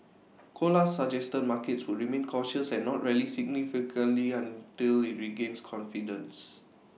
Colas suggested markets would remain cautious and not rally significantly until IT regains confidence